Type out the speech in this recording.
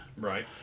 Right